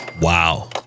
Wow